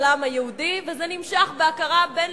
העם היהודי וזה נמשך בהכרה הבין-לאומית.